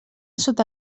sota